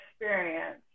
experience